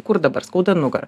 kur dabar skauda nugarą